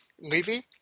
Levy